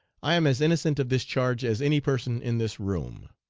i am as innocent of this charge as any person in this room.